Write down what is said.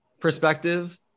perspective